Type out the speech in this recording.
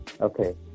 okay